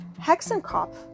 Hexenkopf